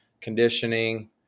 conditioning